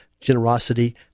generosity